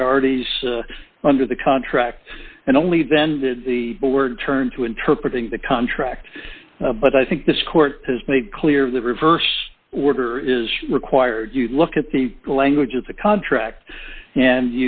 priorities under the contract and only then did the board turn to interpret in the contract but i think this court has made clear the reverse order is required you look at the language of the contract and